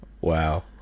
Wow